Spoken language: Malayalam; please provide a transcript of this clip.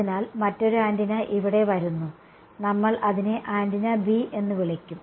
അതിനാൽ മറ്റൊരു ആന്റിന ഇവിടെ വരുന്നു നമ്മൾ അതിനെ ആന്റിന B എന്ന് വിളിക്കും